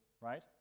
right